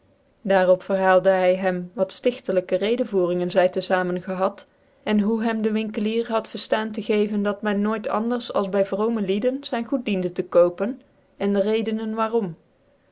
op verhaalde hy hem wat ftigcclijkc redenvocringen zy te famen gehad en hoe hem de winkelier had te verdaan gegeven dat men nooit anders als by vroomc lieden zyn goed diende te kopen